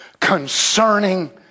concerning